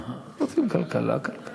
הם רוצים כלכלה, כלכלה.